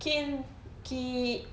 key in key